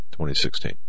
2016